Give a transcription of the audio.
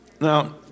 Now